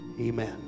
Amen